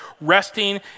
resting